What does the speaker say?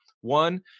One